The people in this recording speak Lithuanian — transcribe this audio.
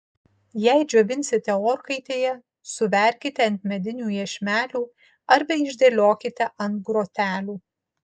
jei džiovinsite orkaitėje suverkite ant medinių iešmelių arba išdėliokite ant grotelių